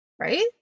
right